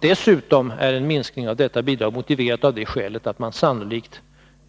Dessutom är en minskning av detta bidrag motiverad av att man sannolikt